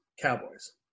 Cowboys